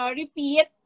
repeat